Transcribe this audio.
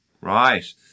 Right